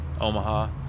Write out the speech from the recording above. Omaha